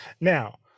Now